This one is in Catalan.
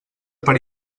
per